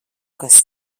kas